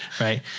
right